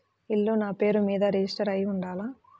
ఇల్లు నాపేరు మీదే రిజిస్టర్ అయ్యి ఉండాల?